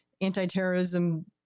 anti-terrorism